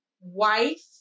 wife